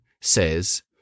says